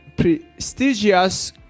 prestigious